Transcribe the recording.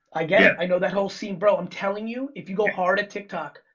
i get it, i know that whole scene bro, i'm telling you, if you go hard at tik tok,